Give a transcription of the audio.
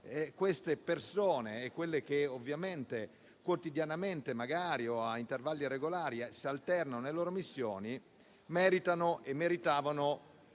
queste persone e quelle che quotidianamente o a intervalli regolari si alternano nelle loro missioni meritano e meritavano